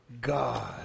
God